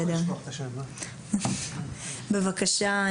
בכוח אדם, ביכולת שלנו להכיל את הקהל ולקבל